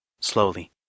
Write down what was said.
slowly